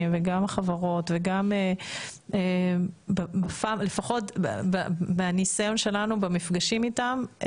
וגם החברות לפחות מהניסיון שלנו במפגשים איתם,